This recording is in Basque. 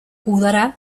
udara